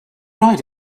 right